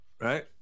Right